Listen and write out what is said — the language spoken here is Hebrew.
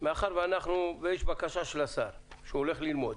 מאחר ויש בקשה של השר שהוא רוצה ללמוד,